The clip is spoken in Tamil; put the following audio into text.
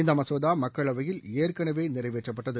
இந்த மசோதா மக்களவையில் ஏற்கனவே நிறைவேற்றப்பட்டது